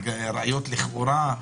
ראיות לכאורה,